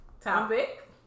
topic